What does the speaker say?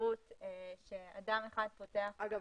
אגב,